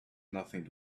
nothing